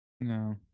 no